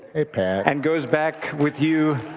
hey pat. and goes back with you